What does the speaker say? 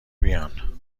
بیان